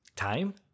Time